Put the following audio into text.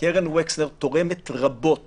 קרן וקסנר תורמת רבות